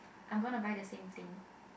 I'm gonna buy the same thing